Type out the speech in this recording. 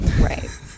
Right